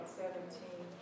seventeen